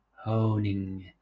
honing